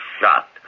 shot